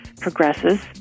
progresses